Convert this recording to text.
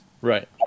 Right